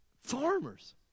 farmers